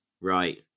Right